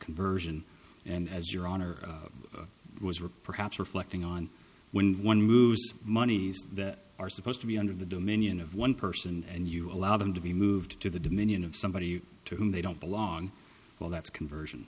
conversion and as your honor was riprap reflecting on when one moves monies that are supposed to be under the dominion of one person and you allow them to be moved to the dominion of somebody to whom they don't belong well that's conversion